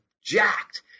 jacked